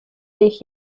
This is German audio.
dich